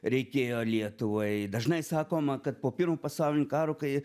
reikėjo lietuvai dažnai sakoma kad po pirmo pasaulinio karo kai